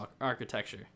architecture